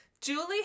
Julie